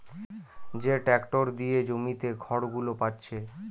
যে ট্যাক্টর দিয়ে জমিতে খড়গুলো পাচ্ছে